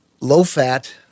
low-fat